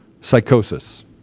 psychosis